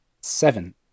Seven